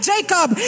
Jacob